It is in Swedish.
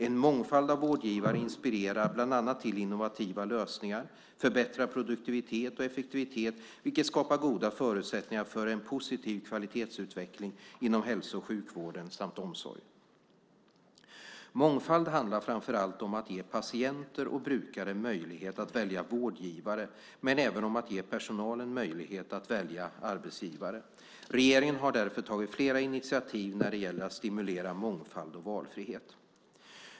En mångfald av vårdgivare inspirerar bland annat till innovativa lösningar och förbättrad produktivitet och effektivitet, vilket skapar goda förutsättningar för en positiv kvalitetsutveckling inom hälso och sjukvården samt omsorgen. Mångfald handlar framför allt om att ge patienter och brukare möjlighet att välja vårdgivare, men även om att ge personalen möjlighet att välja arbetsgivare. Regeringen har därför tagit flera initiativ när det gäller att stimulera mångfald och valfrihet.